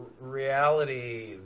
reality